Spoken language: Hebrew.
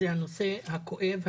זה הנושא הכואב,